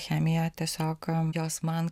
chemija tiesiog jos man